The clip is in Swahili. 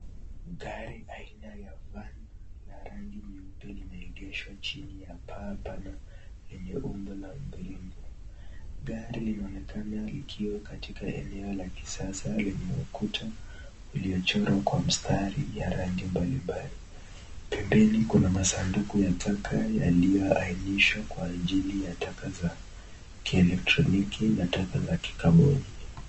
Gari aina ya van la rangi nyeupe limeegeshwa chini ya paa pana lenye umbo la mvuringo. Gari linaonekana likiwa katika eneo la kisasa lenye ukuta uliochorwa kwa mistari ya rangi mbalimbali. Pembeni kuna masanduku ya taka yaliyoainishwa kwa ajili ya taka za kielektroniki na taka za kikaboni.